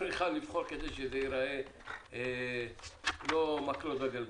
צריכה לבחור כדי שזה ייראה לא כמו לשים מקלות בגלגלים?